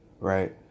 right